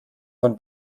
von